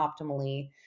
optimally